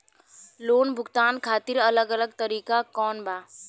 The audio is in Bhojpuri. लोन भुगतान खातिर अलग अलग तरीका कौन बा?